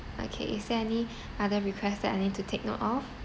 okay is there any other requests that I need to take note of